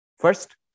First